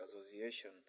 association